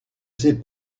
ses